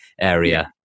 area